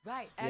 Right